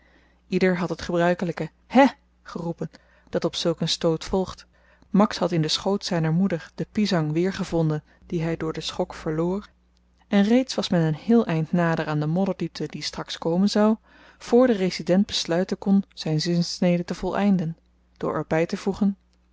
ieder had het gebruikelyke hè geroepen dat op zulk een stoot volgt max had in den schoot zyner moeder de pisang weergevonden die hy door den schok verloor en reeds was men een heel eind nader aan de modderdiepte die straks komen zou voor de resident besluiten kon zyn zinsnede te voleinden door er